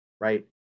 right